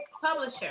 publisher